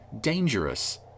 dangerous